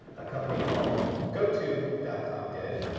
a company called goto dot com did.